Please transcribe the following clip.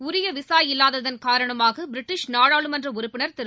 உரிய விசா இல்லாததன் காரணமாக பிரிட்டிஷ் நாடாளுமன்ற உறுப்பினர் திரு